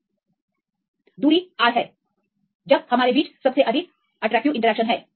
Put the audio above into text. तो विशेष दूरी में R यह दूरी R है जहां हमारे बीच सबसे अधिक आकर्षक इंटरएक्शनस हैं